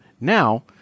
Now